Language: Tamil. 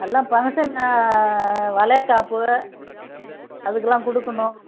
எல்லாம் ஃபங்சனு வளைகாப்பு அதுக்கெல்லாம் கொடுக்கணும்